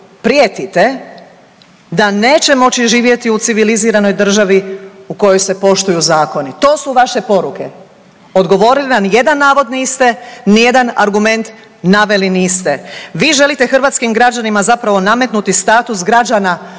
prijetite da neće moći živjeti u civiliziranoj državi u kojoj se poštuju zakoni. To su vaše poruke. Odgovorili na ni jedan navod niste, nijedan argument naveli niste. Vi želite hrvatskim građanima zapravo nametnuti status građana